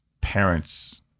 parents